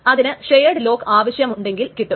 അതിന് shared lock ആവശ്യമുണ്ടെങ്കിൽ കിട്ടും